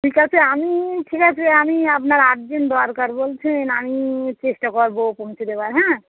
ঠিক আছে আমি ঠিক আছে আমি আপনার আর্জেন্ট দরকার বলছেন আমি চেষ্টা করব পৌঁছে দেওয়ার হ্যাঁ